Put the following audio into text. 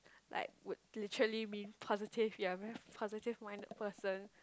like would literally mean positive you are very positive minded person